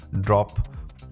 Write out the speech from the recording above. drop